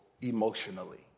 emotionally